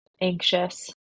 anxious